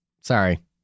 Sorry